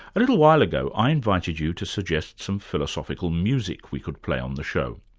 a little while ago i invited you to suggest some philosophical music we could play on the show.